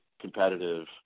competitive